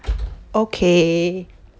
okay